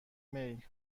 میل